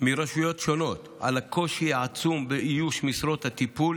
מרשויות שונות על הקושי העצום באיוש משרות הטיפול